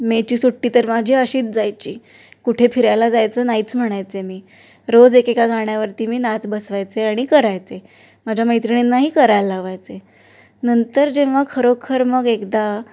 मेची सुट्टी तर माझी अशीच जायची कुठे फिरायला जायचं नाहीच म्हणायचे मी रोज एकेका गाण्यावरती मी नाच बसवायचे आणि करायचे माझ्या मैत्रिणींनाही करायला लावायचे नंतर जेव्हा खरोखर मग एकदा